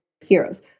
heroes